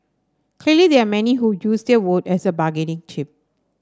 clearly there are many who use their vote as a bargaining chip